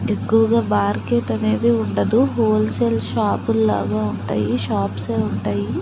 ఎక్కువగా మార్కెట్ అనేది ఉండదు హోల్సేల్ షాపుల్లాగా ఉంటాయి షాప్సే ఉంటాయి